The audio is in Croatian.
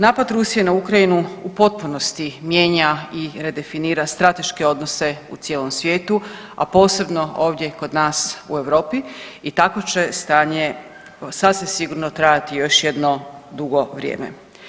Napad Rusije na Ukrajinu u potpunosti mijenja i redefinira strateške odnose u cijelom svijetu, a posebno ovdje kod nas u Europi i takvo će stanje sasvim sigurno trajati još jedno dugo vrijeme.